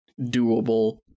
doable